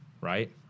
right